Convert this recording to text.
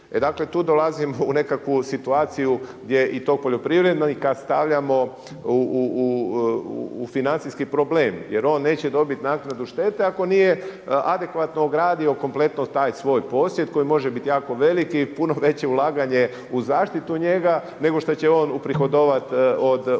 Dakle tu dolazim u nekakvu situaciju gdje je i to poljoprivredno i kada stavljamo u financijski problem jer on neće dobiti naknadu štete ako nije adekvatno ogradio kompletno taj svoj posjed koji može biti jako veliki i puno veće ulaganje u zaštitu u njega nego što će on uprihodovati od samog